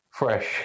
Fresh